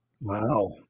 wow